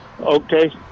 Okay